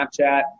Snapchat